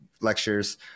lectures